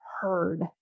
heard